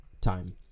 time